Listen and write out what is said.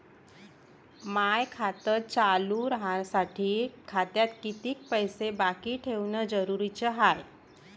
माय खातं चालू राहासाठी खात्यात कितीक पैसे बाकी ठेवणं जरुरीच हाय?